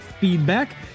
feedback